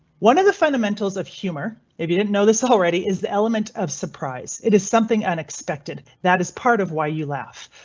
one of the fundamentals of humour if you didn't know this already is the element of surprise. it is something unexpected that is part of why you laugh.